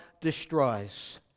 destroys